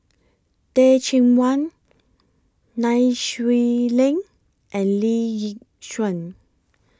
Teh Cheang Wan Nai Swee Leng and Lee Yi Shyan